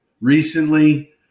recently